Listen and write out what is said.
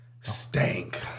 stank